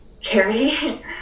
charity